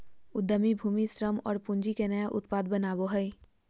उद्यमी भूमि, श्रम और पूँजी के नया उत्पाद बनावो हइ